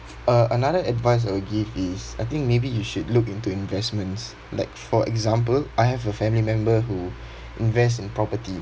uh another advice I would give is I think maybe you should look into investments like for example I have a family member who invest in property